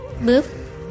move